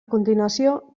continuació